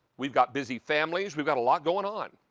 we've got busy families. we've got a lot going on.